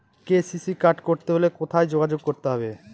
KCC card করতে হলে কোথায় যোগাযোগ করতে হবে?